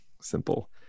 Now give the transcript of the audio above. simple